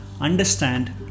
Understand